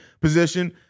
position